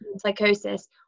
psychosis